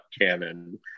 canon